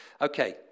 Okay